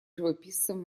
живописцем